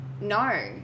no